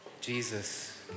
Jesus